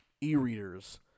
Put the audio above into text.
e-readers